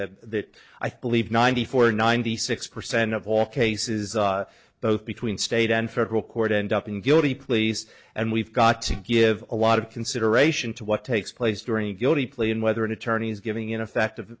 that i believe ninety four ninety six percent of all cases both between state and federal court end up in guilty pleas and we've got to give a lot of consideration to what takes place during a guilty plea and whether an attorney is giving in effect